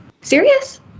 serious